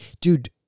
dude